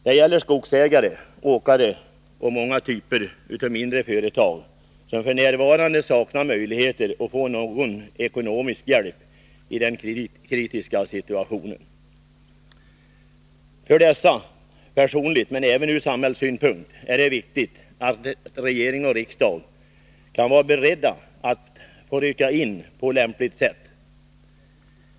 Det gäller skogsägare, åkare och många typer av mindre företagare, som f. n. saknar möjligheter att få någon ekonomisk hjälp i denna kritiska situation. För dessa är det såväl ur personlig synpunkt som ur samhällssynpunkt viktigt att regering och riksdag är beredda att rycka in på lämpligt sätt.